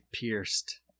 pierced